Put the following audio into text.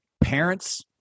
parents